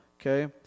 Okay